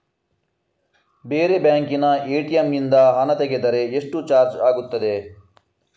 ಬೇರೆ ಬ್ಯಾಂಕಿನ ಎ.ಟಿ.ಎಂ ನಿಂದ ಹಣ ತೆಗೆದರೆ ಎಷ್ಟು ಚಾರ್ಜ್ ಆಗುತ್ತದೆ?